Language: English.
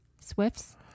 Swifts